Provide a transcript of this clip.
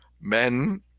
Men